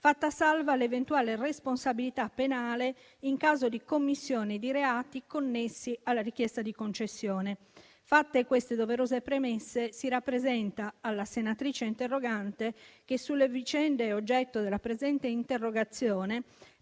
fatta salva l'eventuale responsabilità penale in caso di commissione di reati connessi alla richiesta di concessione. Fatte queste doverose premesse, si rappresenta alla senatrice interrogante che sulle vicende oggetto della presente interrogazione